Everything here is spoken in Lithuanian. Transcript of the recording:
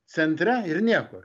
centre ir niekur